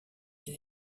elle